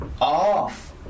off